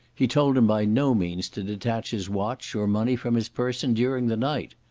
he told him by no means to detach his watch or money from his person during the night.